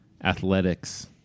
Athletics